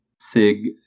SIG